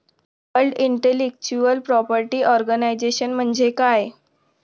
World intellectual property organisation म्हणजे काय?